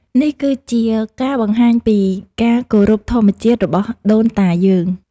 នេះគឺជាការបង្ហាញពីការគោរពធម្មជាតិរបស់ដូនតាយើង។